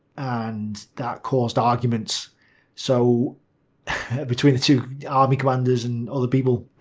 and that caused arguments so between the two army commanders and other people.